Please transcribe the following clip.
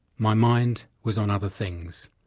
my mind was on other things.